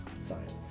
Science